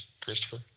Christopher